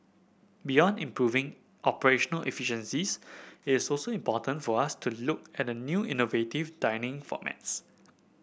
beyond improving operational efficiencies it is also important for us to look at new innovative dining formats